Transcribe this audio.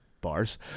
bars